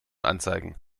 anzeigen